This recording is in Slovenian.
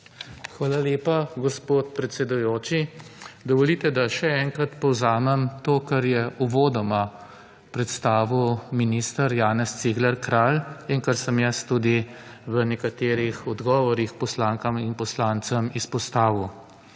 Hvala lepa, gospod predsedujoči. Dovolite, da še enkrat povzamem to, kar je uvodoma predstavil minister Janez Cigler Kralj in kar sem jaz tudi v nekaterih odgovorih poslankam in poslancem izpostavil.